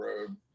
road